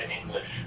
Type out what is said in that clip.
English